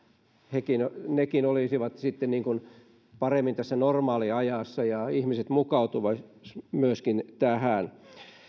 nekin nekin olisivat sitten niin kuin paremmin tässä normaaliajassa ja ihmiset mukautuvat myöskin tähän